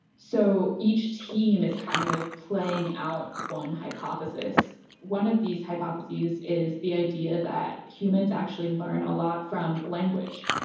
so each team is kind of playing out one hypothesis. one of these hypotheses is the idea that humans actually learn a lot from language.